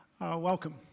welcome